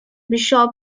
bishop